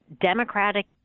democratic